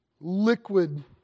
liquid